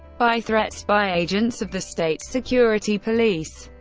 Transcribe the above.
by threats, by agents of the state security police.